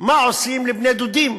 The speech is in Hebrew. מה עושים לבני-דודים,